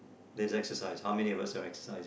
there's exercise how many of us are exercising